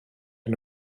hyn